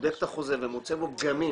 בודק את החוזה ומוצא בו פגמים